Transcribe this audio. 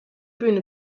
bühne